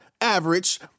average